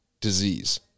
disease